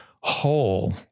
whole